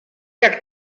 jak